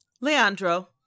Leandro